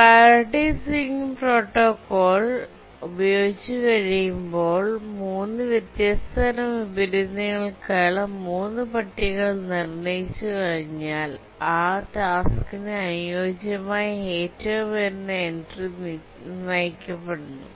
priority ceiling protocol ഉപയോഗിക്കുമ്പോൾ 3 വ്യത്യസ്ത തരം വിപരീതങ്ങൾക്കായുള്ള 3 പട്ടികകൾ നിർണ്ണയിച്ചുകഴിഞ്ഞാൽ ആ ടാസ്കിന് അനുയോജ്യമായ ഏറ്റവും ഉയർന്ന എൻട്രി നിർണ്ണയിക്കപ്പെടുന്നു